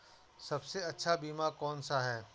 सबसे अच्छा बीमा कौनसा है?